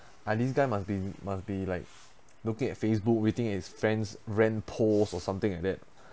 ah this guy must be must be like looking at facebook waiting at his friends rant post or something like that